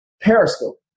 Periscope